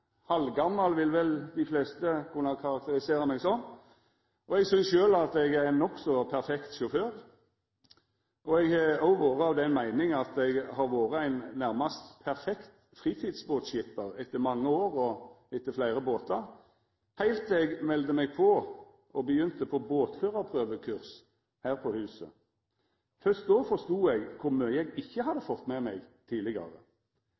halvgammal. Eg synest sjølv at eg er ein nokså perfekt sjåfør, og eg har òg vore av den meininga at eg har vore ein nærast perfekt fritidsbåtskipper etter mange år og fleire båtar, heilt til eg melde meg på og begynte på båtførarprøvekurs her på huset. Først då forstod eg kor mykje eg ikkje hadde fått med meg tidlegare.